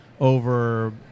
over